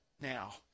Now